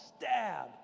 stab